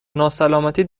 ناسلامتی